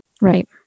Right